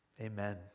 Amen